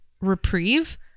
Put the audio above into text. reprieve